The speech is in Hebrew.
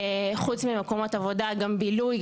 חוץ ממקומות עבודה זה גם בילוי,